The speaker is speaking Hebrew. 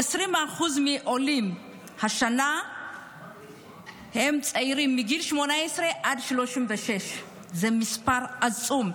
20% מהעולים השנה הם צעירים מגיל 18 עד 36. זה מספר עצום,